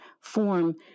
form